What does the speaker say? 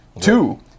Two